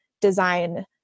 design